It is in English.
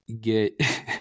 get